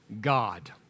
God